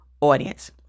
audience